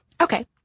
Okay